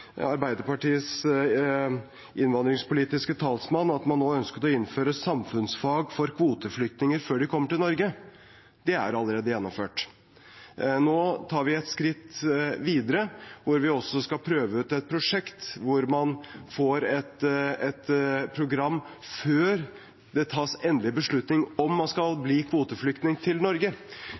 Arbeiderpartiets innvandringspolitiske talsmann at man nå ønsket å innføre samfunnsfag for kvoteflyktninger før de kommer til Norge. Det er allerede gjennomført. Nå tar vi et skritt videre, hvor vi også skal prøve ut et prosjekt hvor man får et program før det tas endelig beslutning om man skal bli kvoteflyktning til Norge.